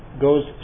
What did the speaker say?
goes